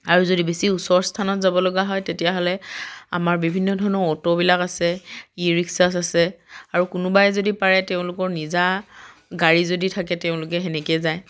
আৰু যদি বেছি ওচৰ স্থানত যাব লগা হয় তেতিয়াহ'লে আমাৰ বিভিন্ন ধৰণৰ অ'ট' বিলাক আছে ই ৰিক্সাচ আছে আৰু কোনোবাই যদি পাৰে তেওঁলোকৰ নিজা গাড়ী যদি থাকে তেওঁলোকে সেনেকেই যায়